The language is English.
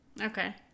Okay